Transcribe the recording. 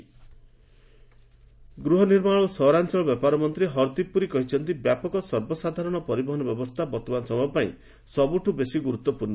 Hardeep Puri mobility ଗୃହନିର୍ମାଣ ଓ ସହରାଞ୍ଚଳ ବ୍ୟାପାର ମନ୍ତ୍ରୀ ହରଦୀପ ପୁରୀ କହିଛନ୍ତି ବ୍ୟାପକ ସର୍ବସାଧାରଣ ପରିବହନ ବ୍ୟବସ୍ତା ବର୍ତ୍ତମାନ ସମୟ ପାଇଁ ସବୁଠୁ ବେଶୀ ଗୁରୁତ୍ୱପୂର୍ଣ୍ଣ